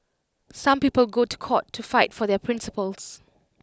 some people go to court to fight for their principles